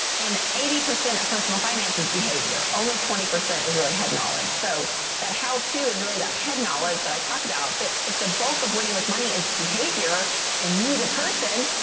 and eighty percent of personal finance is behavior only twenty percent is really head knowledge. so that how to is really that head knowledge that i talk about. but if the bulk of winning with money is behavior and you, the person.